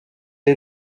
est